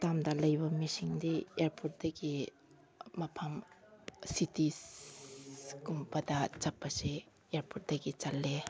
ꯇꯝꯗ ꯂꯩꯕ ꯃꯤꯁꯤꯡꯗꯤ ꯑꯦꯌꯥꯔꯄꯣꯠꯇꯒꯤ ꯃꯐꯝ ꯁꯤꯇꯤꯁꯀꯨꯝꯕꯗ ꯆꯠꯄꯁꯤ ꯑꯦꯌꯥꯔꯄꯣꯠꯇꯒꯤ ꯆꯠꯂꯦ